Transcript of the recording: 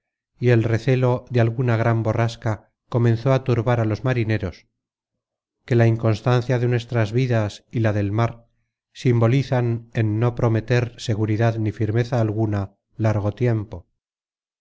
y el recelo de alguna gran borrasca comenzó á turbar á los marineros que la inconstancia de nuestras vidas y la del mar simbolizan en no prometer seguridad ni firmeza alguna largo tiempo